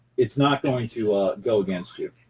it's not going to go against you.